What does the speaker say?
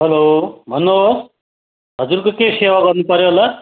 hello भन्नुहोस् हजुरको के सेवा गर्नुपर्यो होला